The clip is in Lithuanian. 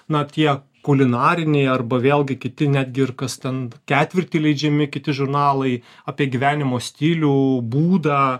na tie kulinariniai arba vėlgi kiti netgi ir kas ten ketvirtį leidžiami kiti žurnalai apie gyvenimo stilių būdą